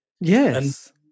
Yes